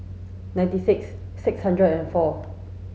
nine six six hundred and four